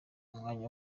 umwanya